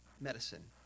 medicine